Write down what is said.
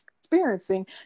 experiencing